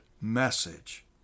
message